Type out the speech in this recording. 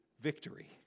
victory